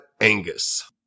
Angus